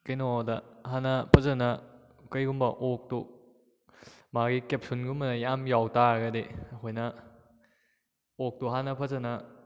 ꯀꯩꯅꯣꯗ ꯍꯥꯟꯅ ꯐꯖꯅ ꯀꯩꯒꯨꯝꯕ ꯑꯣꯛꯇꯣ ꯃꯥꯒꯤ ꯀꯦꯞꯁꯨꯟꯒꯨꯝꯕꯅ ꯌꯥꯝ ꯌꯥꯎ ꯇꯥꯔꯒꯗꯤ ꯑꯩꯈꯣꯏꯅ ꯑꯣꯛꯇꯣ ꯍꯥꯟꯅ ꯐꯖꯅ